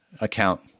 account